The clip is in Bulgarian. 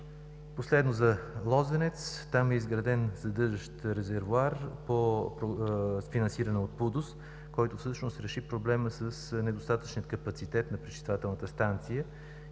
г.“. За с. Лозенец. Там е изграден задържащ резервоар, финансиран от ПУДООС, който всъщност реши проблема с недостатъчния капацитет на пречиствателната станция.